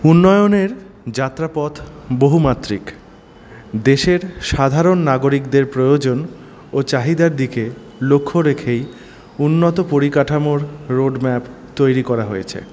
উন্নয়নের যাত্রা পথ বহুমাত্রিক দেশের সাধারণ নাগরিকদের প্রয়োজন ও চাহিদার দিকে লক্ষ্য রেখেই উন্নত পরিকাঠামোর রোড ম্যাপ তৈরি করা হয়েছে